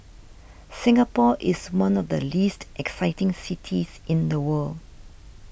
Singapore is one of the least exciting cities in the world